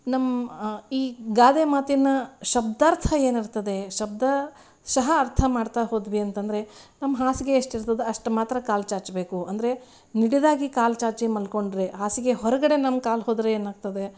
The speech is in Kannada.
ನಮ್ಮ ಈ ಗಾದೆ ಮಾತಿನ ಶಬ್ಧಾರ್ಥ ಏನಿರ್ತದೆ ಶಬ್ದಶಃ ಅರ್ಥ ಮಾಡ್ತಾ ಹೋದ್ವಿ ಅಂತಂದ್ರೆ ನಮ್ಮ ಹಾಸಿಗೆ ಎಷ್ಟಿರ್ತದೆ ಅಷ್ಟು ಮಾತ್ರ ಕಾಲು ಚಾಚಬೇಕು ಅಂದರೆ ನಿಡಿದಾಗಿ ಕಾಲು ಚಾಚಿ ಮಲ್ಕೊಂಡ್ರೆ ಹಾಸಿಗೆ ಹೊರಗಡೆ ನಮ್ಮ ಕಾಲು ಹೋದರೆ ಏನಾಗ್ತದೆ